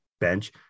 bench